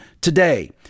today